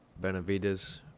Benavides